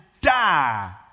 die